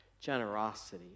generosity